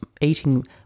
eating